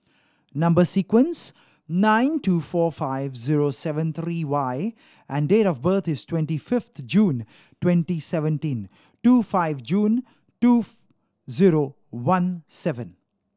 number sequence nine two four five zero seven three Y and date of birth is twenty fifth June twenty seventeen two five June two zero one seven